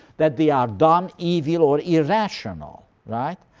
that they are dumb, evil, or irrational. right?